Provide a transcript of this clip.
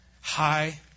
high